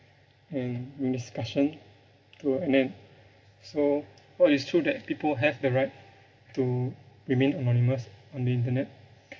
and in discussion to an end so while it's true that people have the right to remain anonymous on the internet